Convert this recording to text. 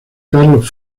carlos